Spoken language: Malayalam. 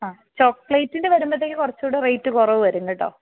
ആ ചോക്ലേറ്റിൻ്റെ വരുമ്പോഴ്ത്തേക്കും കുറച്ചുടെ റേറ്റ് കുറവ് വരും കേട്ടോ